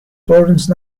florence